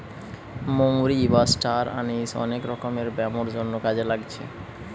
মৌরি বা star anise অনেক রকমের ব্যামোর জন্যে কাজে লাগছে